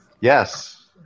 Yes